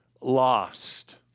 lost